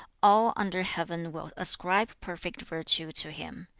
all under heaven will ascribe perfect virtue to him.